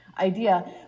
Idea